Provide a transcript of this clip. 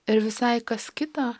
ir visai kas kita